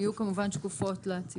הן יהיו, כמובן, שקופות לציבור.